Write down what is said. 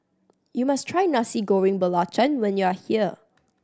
you must try Nasi Goreng Belacan when you are here